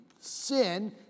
sin